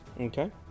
Okay